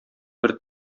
бер